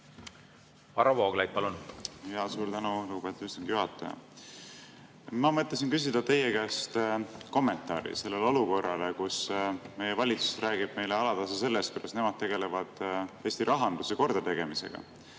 Varro Vooglaid, palun! Suur tänu, lugupeetud istungi juhataja! Ma mõtlesin küsida teie käest kommentaari sellele olukorrale, kus meie valitsus räägib meile alatasa sellest, kuidas nemad tegelevad Eesti rahanduse kordategemisega,